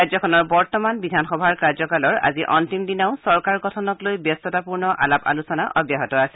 ৰাজ্যখনৰ বৰ্তমান বিধানসভাৰ কাৰ্যকালৰ আজি অন্তিম দিনাও চৰকাৰ গঠনক লৈ ব্যস্ততাপূৰ্ণ আলাপ আলোচনা অব্যাহত আছে